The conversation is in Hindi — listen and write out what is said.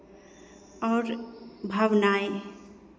और भावनाएं